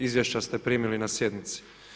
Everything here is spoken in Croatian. Izvješća ste primili na sjednici.